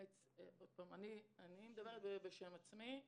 אני מדברת בשם עצמי.